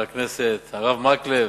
מקלב,